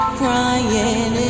crying